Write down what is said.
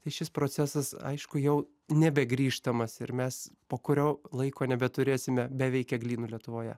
tai šis procesas aišku jau nebegrįžtamas ir mes po kurio laiko nebeturėsime beveik eglynų lietuvoje